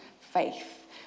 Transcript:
faith